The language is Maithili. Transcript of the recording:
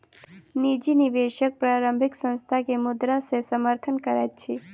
निजी निवेशक प्रारंभिक संस्थान के मुद्रा से समर्थन करैत अछि